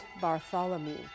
Bartholomew